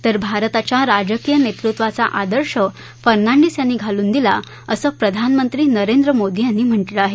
तर भारताच्या राजकीय नेतृत्वाचा आदर्श फर्नांडीस यांनी घालून दिला असं प्रधानमंत्री नरेंद्र मोदी यांनी म्हटलंय